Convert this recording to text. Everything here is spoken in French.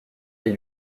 les